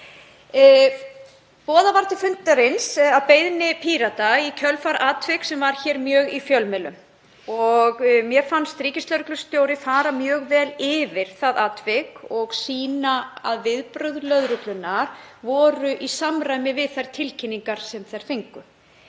Boðað var til fundarins að beiðni Pírata í kjölfar atviks sem var hér mjög í fjölmiðlum. Mér fannst ríkislögreglustjóri fara mjög vel yfir það atvik og sýna að viðbrögð lögreglunnar voru í samræmi við þær tilkynningar sem þau fengu.